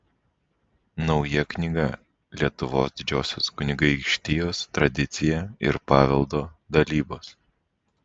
nauja knyga lietuvos didžiosios kunigaikštijos tradicija ir paveldo dalybos